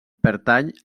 pertany